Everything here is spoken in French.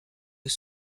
aux